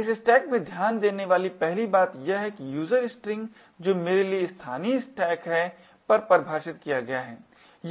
इस स्टैक में ध्यान देने वाली पहली बात यह है कि user string जो मेरे लिए स्थानीय है स्टैक पर परिभाषित किया गया है